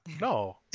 No